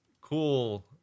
cool